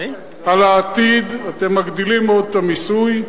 על העתיד, אתם מגדילים מאוד את המיסוי,